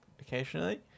occasionally